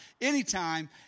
anytime